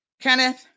Kenneth